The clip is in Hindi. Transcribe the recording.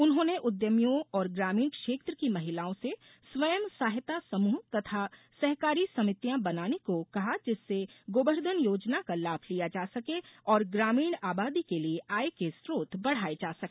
उन्होंने उद्यमियो और ग्रामीण क्षेत्र की महिलाओं से स्वयं सहायता समूह तथा सहकारी समितियां बनाने को कहा जिससे गोबर धन योजना का लाभ लिया जा सके और ग्रामीण आबादी के लिए आय के स्रोत बढ़ाये जा सके